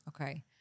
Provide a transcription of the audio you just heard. Okay